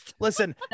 Listen